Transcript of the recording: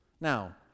Now